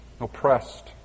oppressed